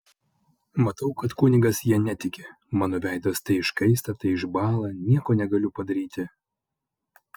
matau kad kunigas ja netiki mano veidas tai iškaista tai išbąla nieko negaliu padaryti